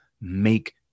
make